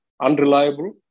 unreliable